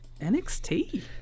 NXT